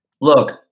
look